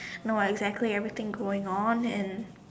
no I clear every thing going on and